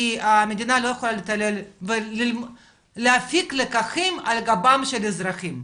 כי המדינה לא יכול להתעלל ולהפיק לקחים על גבם של אזרחים,